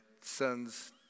sons